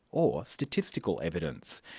or statistical evidence.